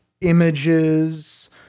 images